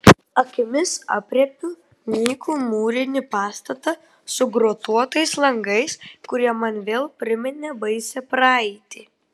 akimis aprėpiu nykų mūrinį pastatą su grotuotais langais kurie man vėl priminė baisią praeitį